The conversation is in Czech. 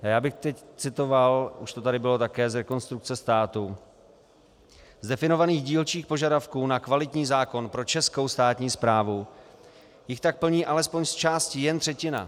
A já bych teď citoval už to tady bylo také z Rekonstrukce státu: Z definovaných dílčích požadavků na kvalitní zákon pro českou státní správu jich tak plní alespoň zčásti jen třetina.